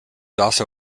also